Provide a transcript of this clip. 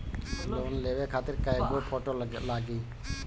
Loan लेवे खातिर कै गो फोटो लागी?